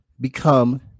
become